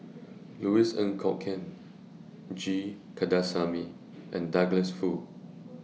Louis Ng Kok Kwang G Kandasamy and Douglas Foo